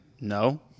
no